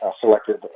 selected